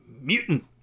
mutant